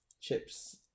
Chips